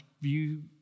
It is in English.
view